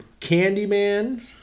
Candyman